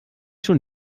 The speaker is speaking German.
schon